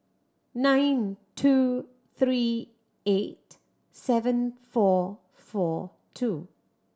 nine two three eight seven four four two